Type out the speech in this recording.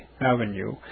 Avenue